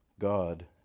God